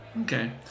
Okay